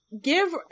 Give